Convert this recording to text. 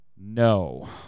No